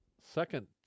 second